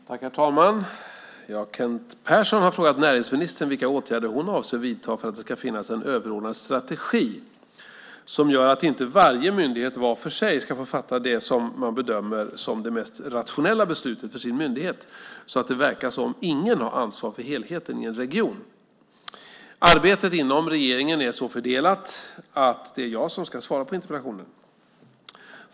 Herr talman! Kent Persson har frågat näringsministern vilka åtgärder hon avser att vidta för att det ska finnas en överordnad strategi som gör att inte varje myndighet var för sig ska få fatta det som man bedömer som det mest rationella beslutet för sin myndighet, så att det verkar som om ingen har ansvar för helheten i en region. Arbetet inom regeringen är så fördelat att det är jag som ska svara på interpellationen.